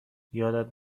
یادت